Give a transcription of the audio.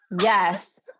yes